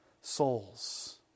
souls